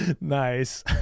Nice